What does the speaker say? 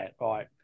right